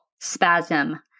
spasm